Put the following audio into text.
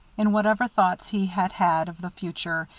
in whatever thoughts he had had of the future,